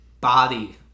body